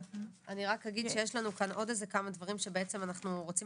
אני רק אגיד שיש לנו כאן עוד איזה כמה דברים שבעצם אנחנו רוצים